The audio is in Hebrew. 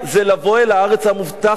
זה לבוא אל הארץ המובטחת.